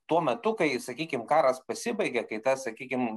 tuo metu kai sakykim karas pasibaigė kai tas sakykim